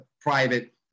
private